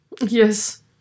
Yes